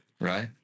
Right